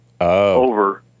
over